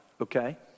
okay